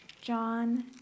John